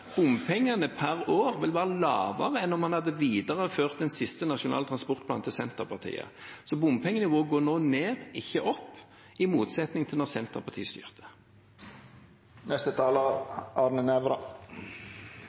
bompengene per år vil være lavere enn om man hadde videreført den siste nasjonale transportplanen til Senterpartiet. Så bompengene våre går nå ned og ikke opp, i motsetning til da Senterpartiet styrte.